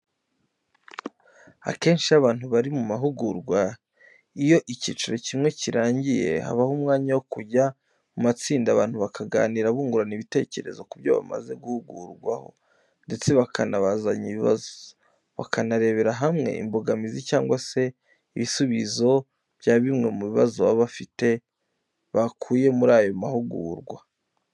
Akenshi iyo abantu bari mu mahugurwa, iyo icyiciro kimwe kirangiye habaho umwanya wo kujya mu matsinda abantu bakaganira bungurana ibitekerezo ku byo bamaze guhugurwaho ndetse bakanabazanya ibibazo, bakanarebera hamwe imbogamizi cyangwa se ibisubizo bya bimwe mu bibazo baba bafite bakuye muri ayo mahugurwa.